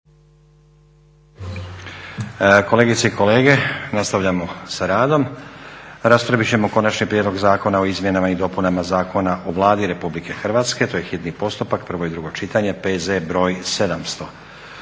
Kolegice i kolege, nastavljamo sa radom. Raspravit ćemo - Konačni prijedlog zakona o izmjenama i dopunama Zakona o Vladi Republike Hrvatske, hitni postupak, prvo i drugo čitanje, P.Z. br. 700